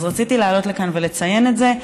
אז רציתי לעלות לכאן ולציין את זה.